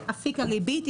אפיק הריבית ,